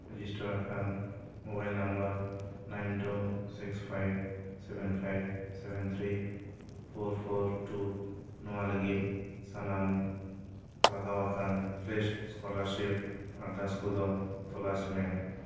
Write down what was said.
ᱨᱮᱡᱤᱥᱴᱟᱨᱟᱠᱟᱱ mobile number nine two six five seven five seven three four four two ᱱᱚᱣᱟ ᱞᱟᱹᱜᱤᱫ ᱥᱟᱱᱟᱢ ᱞᱟᱜᱟᱣᱟᱠᱟᱱ fresh scholarship ᱟᱨᱫᱟᱥ ᱠᱚᱫᱚ ᱛᱚᱞᱟᱥ ᱢᱮ